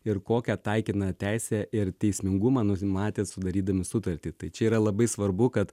ir kokią taikytiną teisę ir teismingumą nusimatėt sudarydami sutartį tai čia yra labai svarbu kad